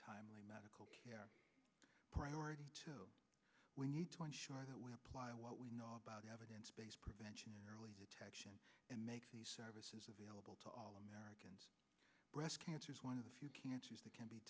timely medical care priority we need to ensure that we apply what we know about evidence based prevention early detection and make the services available to all americans breast cancer is one of the few cancers that can be